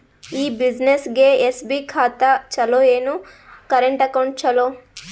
ಈ ಬ್ಯುಸಿನೆಸ್ಗೆ ಎಸ್.ಬಿ ಖಾತ ಚಲೋ ಏನು, ಕರೆಂಟ್ ಅಕೌಂಟ್ ಚಲೋ?